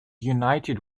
united